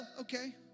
okay